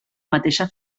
mateixa